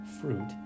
fruit